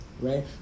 Right